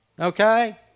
Okay